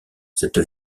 cette